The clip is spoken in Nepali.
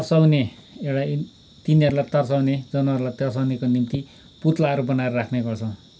तर्साउने एउटा तिनीहरूलाई तर्साउने जनवरलाई तर्साउनेको निम्ति पुत्लाहरू बनाएर राख्ने गर्छौँ